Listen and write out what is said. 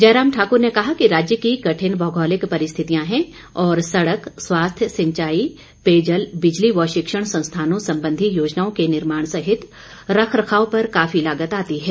जयराम ठाकुर ने कहा कि राज्य की कठिन भौगोलिक परिस्थियां हैं और सड़क स्वास्थ्य सिंचाई पेयजल बिजली व शिक्षण संस्थानों संबधी योजनाओं के निर्माण सहित रख रखाव पर काफी लागत आती है